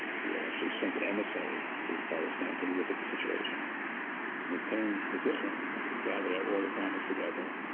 he actually sent an emissary to palestine to look at the situation. and he came to zichron, and and gathered up all the farmers together,